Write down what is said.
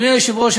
אדוני היושב-ראש,